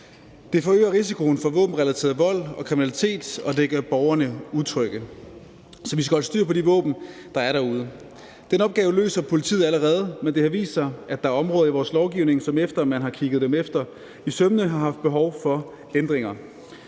Det forøger risikoen for våbenrelateret vold og kriminalitet, og det gør borgerne utrygge. Så vi skal holde styr på de våben, der er derude. Den opgave løser politiet allerede, men det har vist sig, at der er områder i vores lovgivning, som, efter at man har kigget dem efter i sømmene, har haft behov for ændringer.